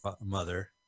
mother